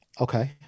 Okay